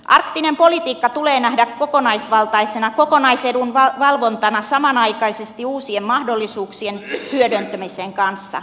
arktinen politiikka tulee nähdä kokonaisvaltaisena kokonaisedun valvontana samanaikaisesti uusien mahdollisuuksien hyödyntämisen kanssa